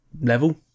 level